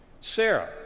Sarah